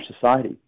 society